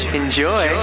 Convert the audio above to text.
enjoy